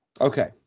Okay